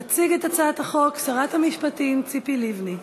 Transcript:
תציג את הצעת החוק שרת המשפטים ציפי לבני.